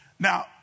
Now